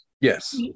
Yes